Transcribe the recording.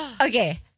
Okay